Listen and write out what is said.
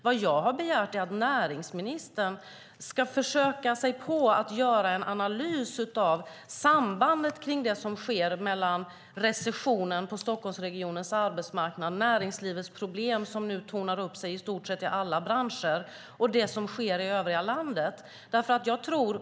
Vad jag har begärt är att näringsministern ska försöka sig på att göra en analys av sambandet mellan det som sker, mellan recessionen på Stockholmsregionens arbetsmarknad och näringslivets problem, som nu tornar upp sig i alla branscher i stort sett, och det som sker i övriga landet.